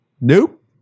Nope